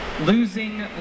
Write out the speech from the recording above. losing